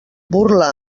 burla